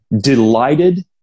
delighted